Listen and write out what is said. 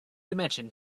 dimension